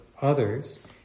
others